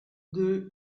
deux